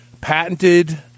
patented